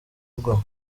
urugo